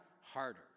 harder